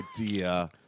idea